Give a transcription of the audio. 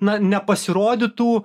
na nepasirodytų